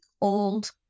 old